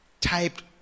typed